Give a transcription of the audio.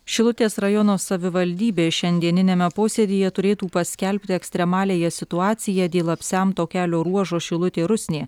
šilutės rajono savivaldybė šiandieniniame posėdyje turėtų paskelbti ekstremaliąją situaciją dėl apsemto kelio ruožo šilutė rusnė